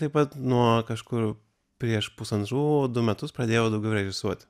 taip pat nuo kažkur prieš pusantrų du metus pradėjau daugiau režisuoti